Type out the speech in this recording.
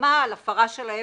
בהסכמה על הפרה שלהם